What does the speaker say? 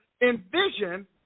envision